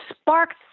sparked